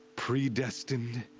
predestined.